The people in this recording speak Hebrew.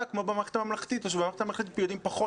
כמו במערכת הממלכתית או שבמערכת הממלכתית יודעים פחות